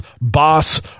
boss